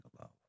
love